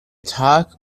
talk